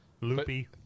Loopy